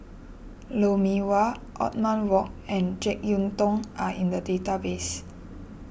Lou Mee Wah Othman Wok and Jek Yeun Thong are in the database